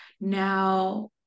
now